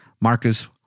Marcus